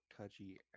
touchy